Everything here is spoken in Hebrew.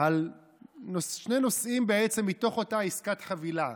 על שני נושאים מתוך אותה עסקת חבילה.